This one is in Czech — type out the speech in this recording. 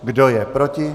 Kdo je proti?